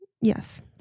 Yes